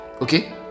Okay